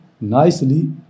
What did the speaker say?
nicely